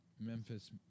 Memphis